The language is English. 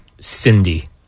Cindy